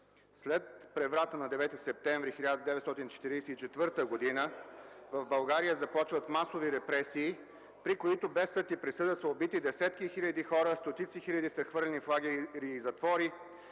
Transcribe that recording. След преврата на Девети септември 1944 г. в България започват масови репресии, при които без съд и присъда са убити десетки хиляди хора, стотици хиляди са хвърлени в лагери и затвори,